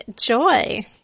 joy